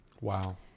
Wow